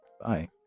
bye